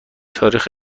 تاریخ